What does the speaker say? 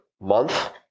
month